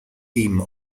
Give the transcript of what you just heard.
theme